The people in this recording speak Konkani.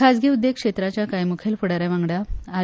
खाजगी उद्देग क्षेत्रांच्या काय मुखेल फुडा यांवागंडा आर